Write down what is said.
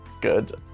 Good